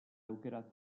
aukera